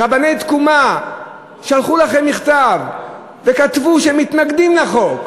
רבני תקומה שלחו לכם מכתב וכתבו שהם מתנגדים לחוק.